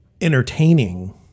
entertaining